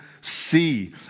see